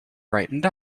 brightened